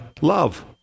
love